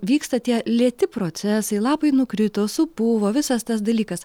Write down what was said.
vyksta tie lėti procesai lapai nukrito supuvo visas tas dalykas